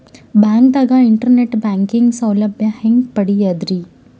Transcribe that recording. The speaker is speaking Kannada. ಬ್ಯಾಂಕ್ದಾಗ ಇಂಟರ್ನೆಟ್ ಬ್ಯಾಂಕಿಂಗ್ ಸೌಲಭ್ಯ ಹೆಂಗ್ ಪಡಿಯದ್ರಿ?